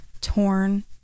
torn